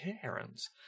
parents